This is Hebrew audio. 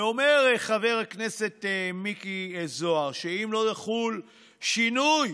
ואומר חבר הכנסת מיקי זוהר שאם לא יחול שינוי,